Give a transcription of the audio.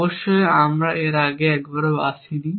অবশ্যই আমরা এর আগে একবারও আসিনি